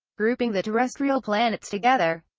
grouping the terrestrial planets together,